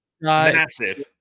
Massive